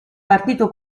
partito